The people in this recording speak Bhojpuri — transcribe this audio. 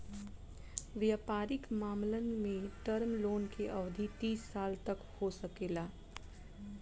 वयपारिक मामलन में टर्म लोन के अवधि तीस वर्ष तक हो सकेला